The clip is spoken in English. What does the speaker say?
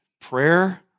prayer